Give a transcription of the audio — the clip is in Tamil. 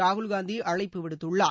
ராகுல் காந்தி அழைப்பு விடுத்துள்ளார்